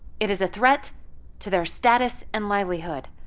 it is a threat to their status and livelihood.